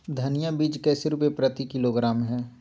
धनिया बीज कैसे रुपए प्रति किलोग्राम है?